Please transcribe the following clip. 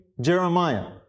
Jeremiah